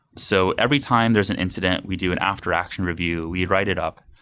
so, every time there's an incident, we do an after action review. we write it up.